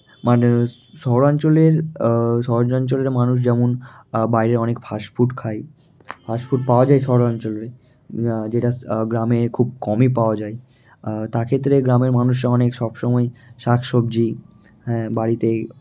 মানে শহরাঞ্চলের শহরাঞ্চলের মানুষ যেমন বাইরে অনেক ফাস্টফুড খায় ফাস্টফুড পাওয়া যায় শহরাঞ্চলে যেটা গ্রামে খুব কমই পাওয়া যায় তাক্ষেত্রে গ্রামের মানুষরা অনেক সব সময় শাক সবজি হ্যাঁ বাড়িতেই